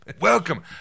Welcome